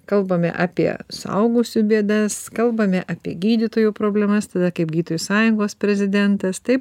kalbame apie suaugusių bėdas kalbame apie gydytojų problemas tada kaip gytojų sąjungos prezidentas taip